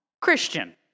Christian